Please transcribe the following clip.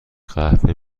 قهوه